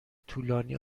طولانی